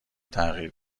تغییر